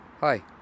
Hi